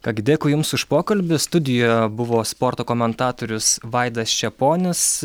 ką gi dėkui jums už pokalbį studijoje buvo sporto komentatorius vaidas čeponis